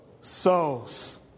souls